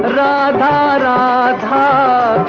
da da um da